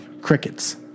Crickets